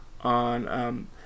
on